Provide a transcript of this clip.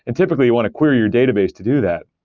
and typically, you want to query your database to do that.